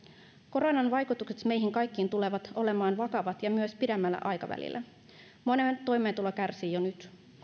koronan vaikutukset meihin kaikkiin tulevat olemaan vakavat myös pidemmällä aikavälillä monen toimeentulo kärsii jo nyt monet